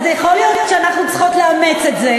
אז יכול להיות שאנחנו צריכות לאמץ את זה,